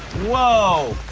whoa